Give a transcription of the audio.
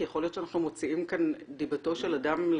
כי יכול להיות שאנחנו מוציאים כאן דיבתו של אדם לחינם,